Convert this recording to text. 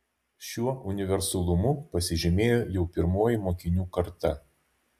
šiuo universalumu pasižymėjo jau pirmoji mokinių karta